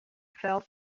fell